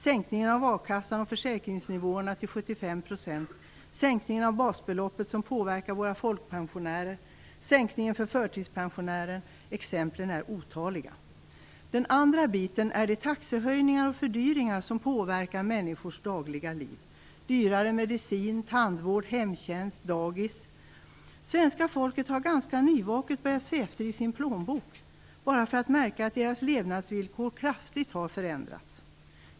Sänkningen av a-kassan och försäkringsnivåerna till 75 %, sänkningen av basbeloppet som påverkar våra folkpensionärer och sänkningen för förtidspensionärer är några av otaliga exempel. Den andra biten är de taxehöjningar och fördyringar som påverkar människors dagliga liv, t.ex. Svenska folket har ganska nyvaket börjat se efter i sin plånbok, bara för att märka att dess levnadsvillkor kraftigt har förändrats.